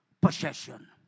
possession